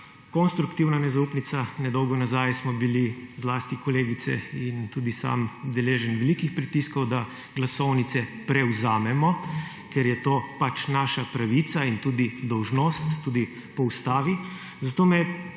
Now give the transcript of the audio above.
konstruktivna nezaupnica nedolgo nazaj, smo bili zlasti kolegice in tudi sam deležni velikih pritiskov, da glasovnice prevzamemo, ker je to pač naša pravica in tudi dolžnost, tudi po Ustavi, zato me